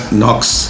knocks